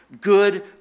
good